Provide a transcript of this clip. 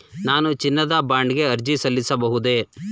ನಾನು ಚಿನ್ನದ ಬಾಂಡ್ ಗೆ ಅರ್ಜಿ ಸಲ್ಲಿಸಬಹುದೇ?